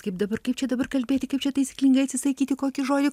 kaip dabar kaip čia dabar kalbėti kaip čia taisyklingai atsisakyti kokį žodį